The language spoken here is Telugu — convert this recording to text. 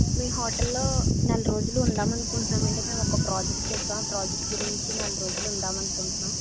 మీ హోటల్లో నెలరోజులు ఉందామనుకుంటున్నామండి ఒక ప్రాజెక్ట్ చేశాము ప్రాజెక్టు గురించి నాలుగు రోజులు ఉందామని అనుకుంటున్నాము